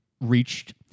reached